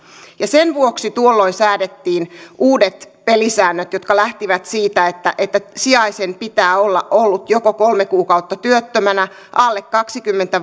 ja sen vuoksi tuolloin säädettiin uudet pelisäännöt jotka lähtivät siitä että että sijaisen pitää olla ollut joko kolme kuukautta työttömänä alle kaksikymmentä